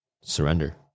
surrender